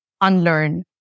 unlearn